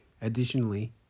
Additionally